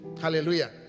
hallelujah